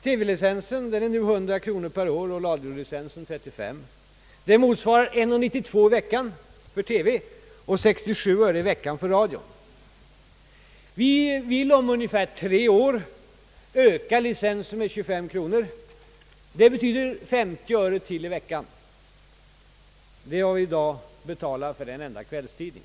TV-licensen kostar nu 100 kronor per år och radiolicensen 35 kronor per år. Detta motsvarar 1 krona 92 öre i veckan för TV och 67 öre i veckan för radio. Vi tänker om ungefär tre år öka licensavgiften med 25 kronor per år, vilket betyder 50 öre ytterligare i veckan — och det är vad vi i dag betalar för en enda kvällstidning.